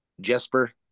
Jesper